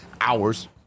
hours